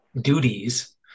duties